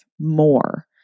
more